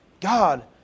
God